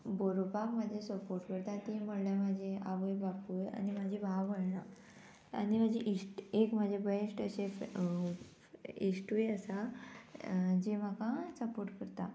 बरोवपाक म्हाजें सपोर्ट करता तीं म्हणल्यार म्हाजें आवय बापूय आनी म्हाजी भाव भयणा आनी म्हाजी इश्ट एक म्हाजे बेश्ट अशे इश्टूय आसा जी म्हाका सपोर्ट करता